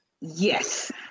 Yes